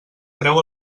treu